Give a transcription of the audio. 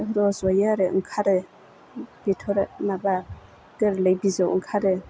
रज'यो आरो ओंखारो बिथ'राय माबा गोरलै बिजौ ओंखारो